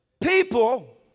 People